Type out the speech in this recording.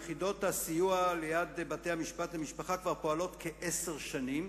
יחידות הסיוע ליד בתי-המשפט למשפחה כבר פועלות כעשר שנים,